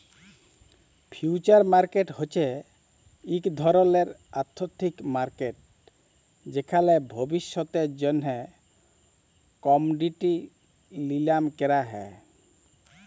future market হছে ইক ধরলের আথ্থিক মার্কেট যেখালে ভবিষ্যতের জ্যনহে কমডিটি লিলাম ক্যরা হ্যয়